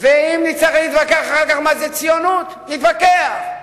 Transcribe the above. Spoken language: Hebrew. אם נצטרך להתווכח אחר כך מה זה ציונות, נתווכח,